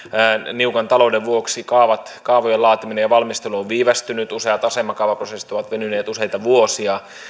niukan talouden vuoksi kaavojen laatiminen ja valmistelu on viivästynyt useat asemakaavaprosessit ovat venyneet useita vuosia